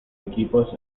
equipos